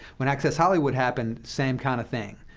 when access hollywood happened, same kind of thing